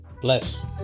Bless